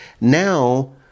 now